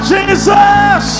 Jesus